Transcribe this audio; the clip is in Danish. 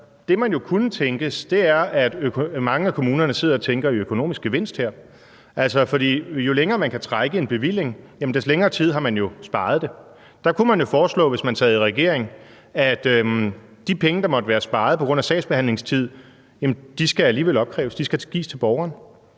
Det, man kunne tænke, er, at mange af kommunerne sidder og tænker i en økonomisk gevinst, for jo længere man kan trække en bevilling, des længere tid har man sparet på det. Der kunne man jo foreslå, hvis man sad i regering, at de penge, der måtte være sparet på grund af sagsbehandlingstiden, alligevel skulle opkræves og gives til borgerne.